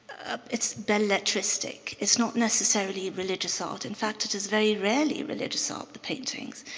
um it's belletristic. it's not necessarily religious art. in fact, it is very rarely religious art, the paintings.